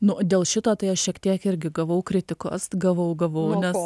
nu dėl šito tai aš šiek tiek irgi gavau kritikos gavau gavau nes